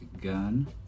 gun